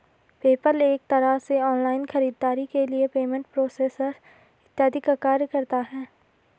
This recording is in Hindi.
पेपल एक तरह से ऑनलाइन खरीदारी के लिए पेमेंट प्रोसेसर इत्यादि का कार्य करता है